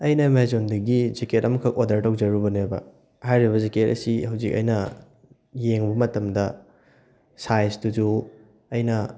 ꯑꯩꯅ ꯑꯦꯃꯥꯖꯣꯟꯗꯒꯤ ꯖꯤꯛꯀꯦꯠ ꯑꯃꯈꯛ ꯑꯣꯔꯗꯔ ꯇꯧꯖꯔꯨꯕꯅꯦ ꯍꯥꯏꯔꯤꯕ ꯖꯤꯛꯀꯦꯠ ꯑꯁꯤ ꯍꯧꯖꯤꯛ ꯑꯩꯅ ꯌꯦꯡꯉꯨꯕ ꯃꯇꯝꯗ ꯁꯥꯏꯖꯇꯨꯁꯨ ꯑꯩꯅ